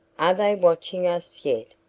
are they watching us yet?